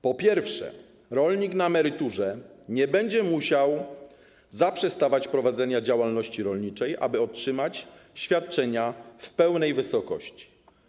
Po pierwsze, rolnik na emeryturze nie będzie musiał zaprzestawać prowadzenia działalności rolniczej, aby otrzymać świadczenia w pełnej wysokości.